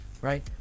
right